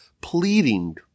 pleading